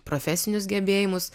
profesinius gebėjimus